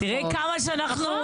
תראי כמה שאנחנו